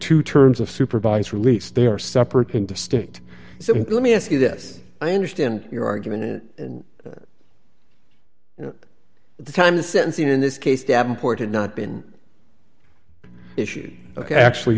two terms of supervised release they are separate and distinct so let me ask you this i understand your argument and the time the sentencing in this case davenport had not been issued ok actually